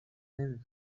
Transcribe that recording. نمی